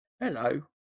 Hello